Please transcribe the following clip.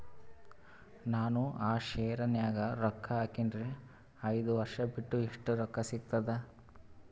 ನಾನು ಆ ಶೇರ ನ್ಯಾಗ ರೊಕ್ಕ ಹಾಕಿನ್ರಿ, ಐದ ವರ್ಷ ಬಿಟ್ಟು ಎಷ್ಟ ರೊಕ್ಕ ಸಿಗ್ತದ?